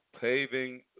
paving